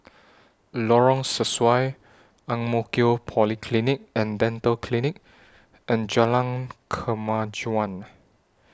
Lorong Sesuai Ang Mo Kio Polyclinic and Dental Clinic and Jalan Kemajuan